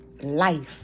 life